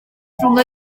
rhwng